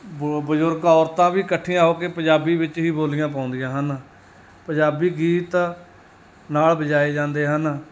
ਬੋ ਬਜ਼ੁਰਗ ਔਰਤਾਂ ਵੀ ਇਕੱਠੀਆਂ ਹੋ ਕੇ ਪੰਜਾਬੀ ਵਿੱਚ ਹੀ ਬੋਲੀਆਂ ਪਾਉਂਦੀਆਂ ਹਨ ਪੰਜਾਬੀ ਗੀਤ ਨਾਲ ਵਜਾਏ ਜਾਂਦੇ ਹਨ